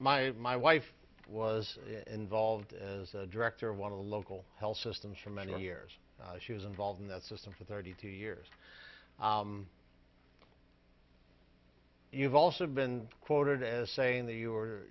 my my wife was involved as a director of one of the local health systems for many years she was involved in that system for thirty two years you've also been quoted as saying that you are